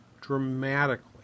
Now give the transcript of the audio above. dramatically